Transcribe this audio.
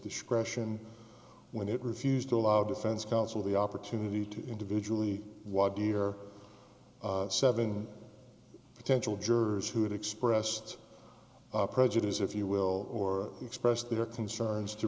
discretion when it refused to allow defense counsel the opportunity to individually what dear seven potential jurors who had expressed prejudice if you will or express their concerns to